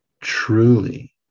truly